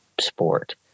sport